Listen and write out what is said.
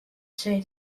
say